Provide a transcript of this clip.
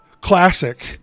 Classic